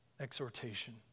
exhortation